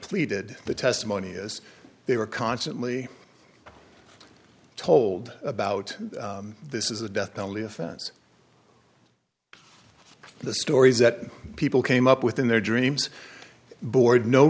pleaded the testimony as they were constantly told about this is a death penalty offense the stories that people came up with in their dreams board no